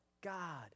God